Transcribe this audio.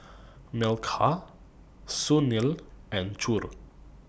Milkha Sunil and Choor